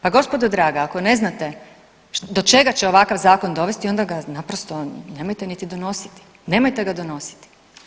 Pa gospodo draga ako ne znate do čega će ovakav zakon dovesti onda naprosto nemojte niti donositi, nemojte ga donositi.